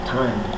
time